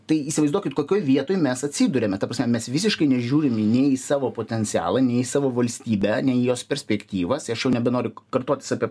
tai įsivaizduokit kokioj vietoj mes atsiduriame ta prasme mes visiškai nežiūrime nei į savo potencialą nei į savo valstybę nei jos perspektyvas aš jau nebenoriu kartotis apie